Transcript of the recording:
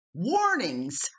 warnings